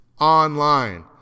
online